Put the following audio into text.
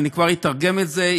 אני כבר אתרגם את זה,